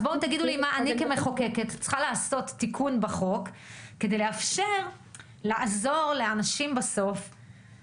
בואו תגידו לי מה אני במחוקקת צריכה לעשות כדי לאפשר לעזור לאנשים כדי